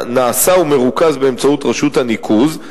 נעשה ומרוכז באמצעות רשות הניקוז,